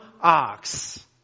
ox